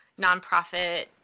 nonprofit